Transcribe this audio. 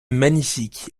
magnifique